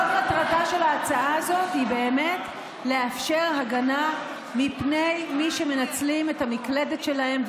כל מטרתה של ההצעה הזאת היא לאפשר הגנה מפני מי שמנצלים את המקלדת שלהם,